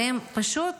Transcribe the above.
פשוט